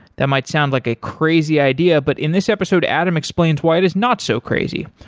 that might sound like a crazy idea, but in this episode, adam explains why it is not so crazy,